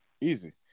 easy